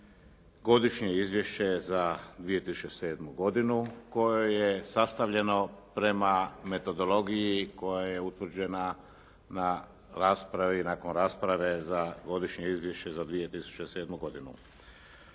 Godišnje izvješće za 2007. godinu koje je sastavljeno prema metodologiji koja je utvrđena na raspravi i nakon rasprave za Godišnje izvješće za 2007. godinu.